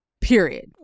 period